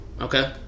Okay